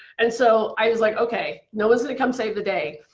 and so, i like, okay, no one's gonna come save the day.